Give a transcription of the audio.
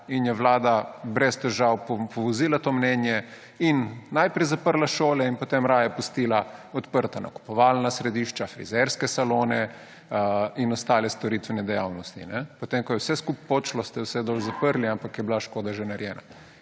in je Vlada brez težav povozila to mnenje in najprej zaprla šole in potem raje pustila odprta nakupovalna središča, frizerske salone in ostale storitvene dejavnosti. Potem ko je vse skupaj počilo, ste vse dol zaprli, ampak je bila škoda že narejena.